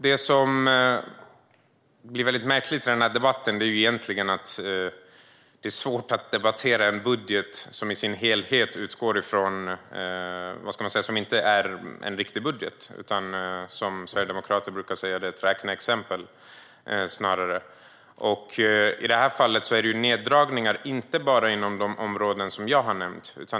Det som blir märkligt i den här debatten är att det är svårt att debattera en budget som inte är en riktig budget utan snarare vad Sverigedemokraterna brukar kalla ett räkneexempel. I det här fallet är det neddragningar inte bara inom de områden som jag har nämnt.